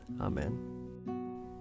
Amen